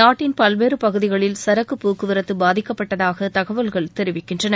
நாட்டின் பல்வேறு பகுதிகளில் சரக்கு போக்குவரத்து பாதிக்கப்பட்டதாக தகவல்கள் தெரிவிக்கின்றன